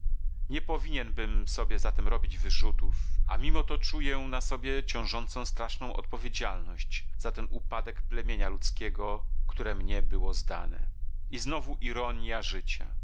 nie powinienbym sobie zatem robić wyrzutów a mimo to czuję na sobie ciążącą straszną odpowiedzialność za ten upadek plemienia ludzkiego które mnie było zdane i znowu ironja życia